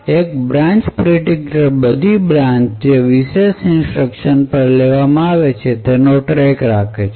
એક branch predictor બધી બ્રાન્ચજે વિશેષ ઇન્સટ્રક્શન પર લેવામાં આવી છે તેનો ટ્રેક રાખે છે